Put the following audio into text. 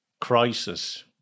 crisis